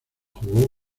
jugó